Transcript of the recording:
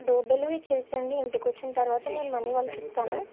door delivery చేసేయండి ఇంటికి వచ్చిన తర్వాత నేను మనీ వాళ్ళకి ఇస్తాను